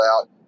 out